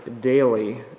daily